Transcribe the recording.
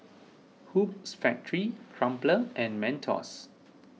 Hoops Factory Crumpler and Mentos